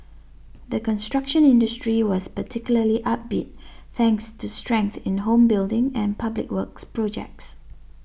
the construction industry was particularly upbeat thanks to strength in home building and public works projects